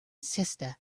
sister